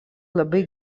labai